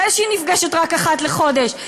זה שהיא נפגשת רק אחת לחודש,